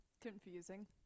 confusing